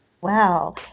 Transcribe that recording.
Wow